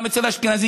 גם אצל האשכנזים,